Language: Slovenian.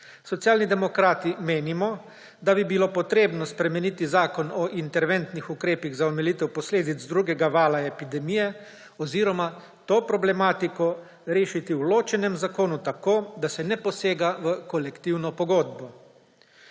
Socialni demokrati menimo, da bi bilo potrebno spremeniti Zakon o interventnih ukrepih za omilitev posledic drugega vala epidemije oziroma to problematiko rešiti v ločenem zakonu tako, da se ne posega v kolektivno pogodbo,